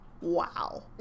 Wow